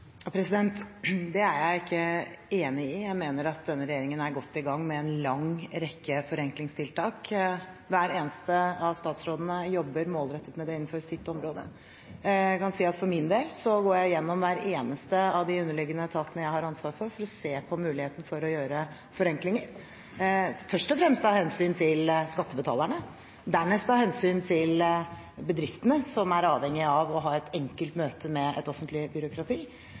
Det er jeg ikke enig i. Jeg mener at denne regjeringen er godt i gang med en lang rekke forenklingstiltak. Hver eneste av statsrådene jobber målrettet med det innenfor sitt område. Jeg kan si at for min del går jeg gjennom hver eneste av de underliggende etatene jeg har ansvar for, for å se på muligheten for å gjøre forenklinger – først og fremst av hensyn til skattebetalerne, dernest av hensyn til bedriftene, som er avhengige av å ha et enkelt møte med et offentlig byråkrati.